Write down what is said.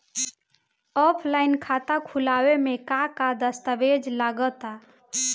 Offline खाता खुलावे म का का दस्तावेज लगा ता?